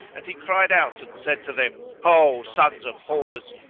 and he cried out and said to them, ho, sons of whores,